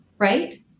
right